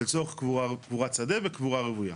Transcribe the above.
לצורך קבורת שדה וקבורה רוויה?